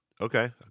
Okay